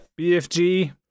bfg